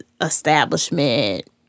establishment